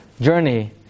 journey